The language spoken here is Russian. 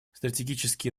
стратегические